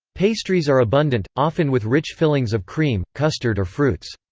pastries are abundant, often with rich fillings of cream, custard or fruits.